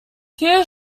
few